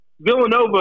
Villanova